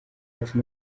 yacu